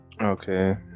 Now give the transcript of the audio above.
okay